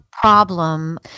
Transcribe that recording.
problem